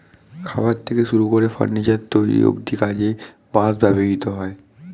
খাবার থেকে শুরু করে ফার্নিচার তৈরি অব্ধি কাজে বাঁশ ব্যবহৃত হয়